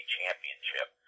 championship